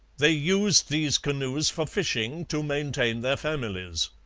they used these canoes for fishing to maintain their families.